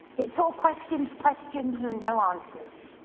it's all questions, questions, and no answers.